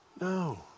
No